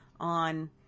on